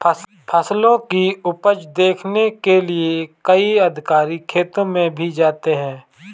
फसलों की उपज देखने के लिए कई अधिकारी खेतों में भी जाते हैं